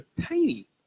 tiny